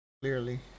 clearly